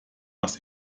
was